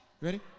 Ready